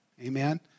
Amen